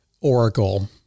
Oracle